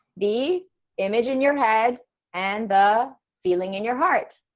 the image in your head and the feeling in your heart.